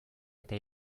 eta